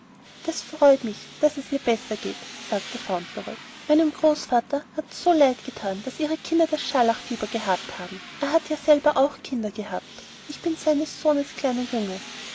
das freut mich daß es besser geht sagte fauntleroy meinem großvater hat's so leid gethan daß ihre kinder das scharlachfieber gehabt haben er hat ja selber auch kinder gehabt ich bin seines sohnes kleiner junge